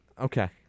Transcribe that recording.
Okay